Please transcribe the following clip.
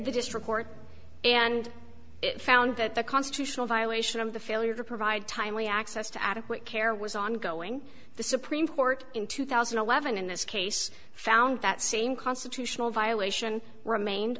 just report and it found that the constitutional violation of the failure to provide timely access to adequate care was ongoing the supreme court in two thousand and eleven in this case found that same constitutional violation remained